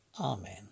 Amen